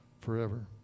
forever